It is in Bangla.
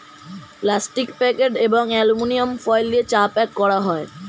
প্লাস্টিক প্যাকেট এবং অ্যালুমিনিয়াম ফয়েল দিয়ে চা প্যাক করা হয়